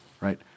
right